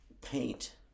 paint